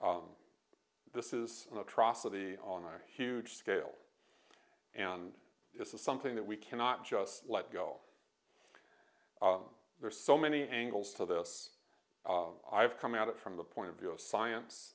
this is an atrocity on our huge scale and this is something that we cannot just let go there's so many angles to this i've come out of from the point of view of science